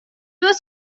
was